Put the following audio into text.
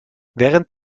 während